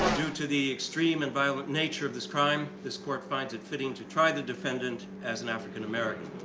due to the extreme and violent nature of this crime this court finds it fitting to try the defendant as an african-american.